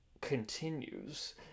continues